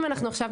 אם אנחנו עכשיו,